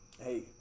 Hey